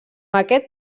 aquest